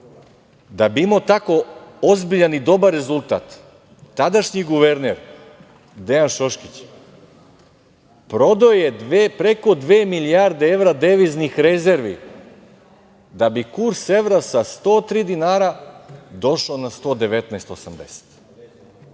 da bi imao tako ozbiljan i dobar rezultat, tadašnji guverner Dejan Šoškić prodao je preko dve milijarde evra deviznih rezervi da bi kurs evra sa 103 došao na 119,80